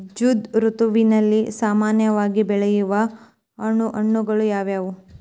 ಝೈಧ್ ಋತುವಿನಲ್ಲಿ ಸಾಮಾನ್ಯವಾಗಿ ಬೆಳೆಯುವ ಹಣ್ಣುಗಳು ಯಾವುವು?